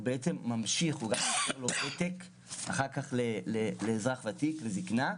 הוא בעצם ממשיך --- אחר כך לאזרח ותיק בזקנה,